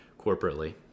corporately